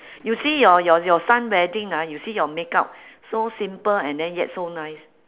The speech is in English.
you see your your your son wedding ah you see your makeup so simple and then yet so nice